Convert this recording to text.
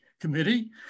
committee